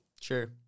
sure